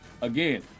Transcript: Again